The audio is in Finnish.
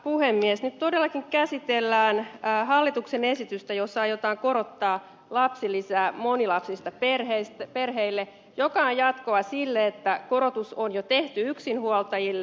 nyt todellakin käsitellään hallituksen esitystä jossa aiotaan korottaa lapsilisää monilapsisille perheille mikä on jatkoa sille että korotus on jo tehty yksinhuoltajille